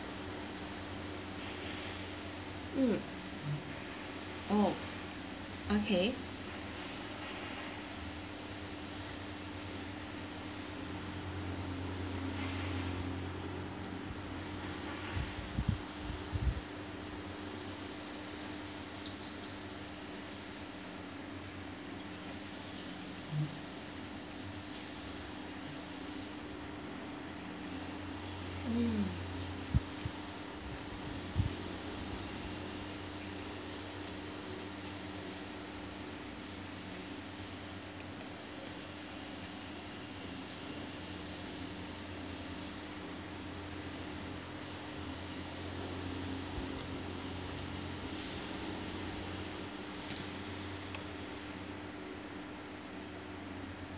mm oh okay mm